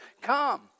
come